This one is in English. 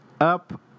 up